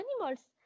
animals